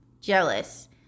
jealous